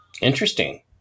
Interesting